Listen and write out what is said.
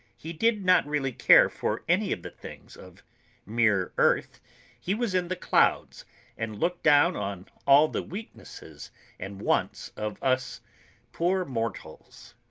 he did not really care for any of the things of mere earth he was in the clouds and looked down on all the weaknesses and wants of us poor mortals.